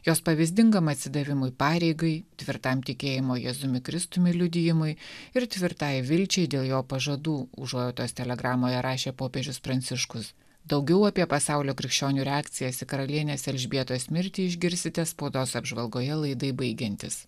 jos pavyzdingam atsidavimui pareigai tvirtam tikėjimo jėzumi kristumi liudijimui ir tvirtai vilčiai dėl jo pažadų užuojautos telegramoje rašė popiežius pranciškus daugiau apie pasaulio krikščionių reakcijas į karalienės elžbietos mirtį išgirsite spaudos apžvalgoje laidai baigiantis